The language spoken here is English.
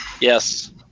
Yes